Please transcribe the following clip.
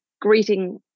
greeting